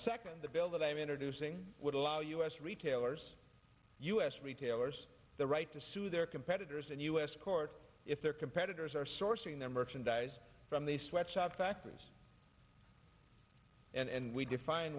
second the bill that i'm introducing would allow u s retailers u s retailers the right to sue their competitors and u s court if their competitors are sourcing their merchandise from these sweatshop factories and we define